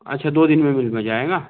अच्छा दो दिन में मिल भी जाएगा